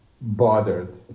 bothered